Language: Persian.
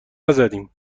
نزدیم